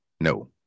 No